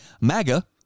MAGA